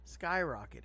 Skyrocketed